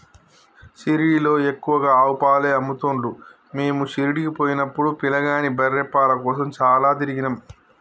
షిరిడీలో ఎక్కువగా ఆవు పాలే అమ్ముతున్లు మీము షిరిడీ పోయినపుడు పిలగాని బర్రె పాల కోసం చాల తిరిగినం